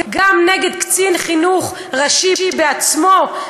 גם נגד קצין חינוך ראשי בעצמו,